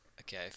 okay